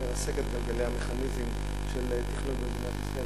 גם לרסק את גלגלי המכניזם של תכנון במדינת ישראל,